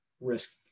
risk